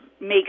make